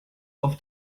auf